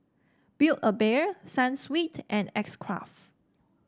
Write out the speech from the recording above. Build A Bear Sunsweet and X Craft